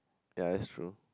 ya that's true